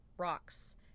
rocks